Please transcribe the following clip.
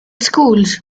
schools